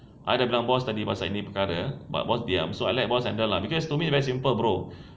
I dah bilang boss tadi pasal ini perkara but boss diam so I let boss handle ah because to me simple bro